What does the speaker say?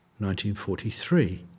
1943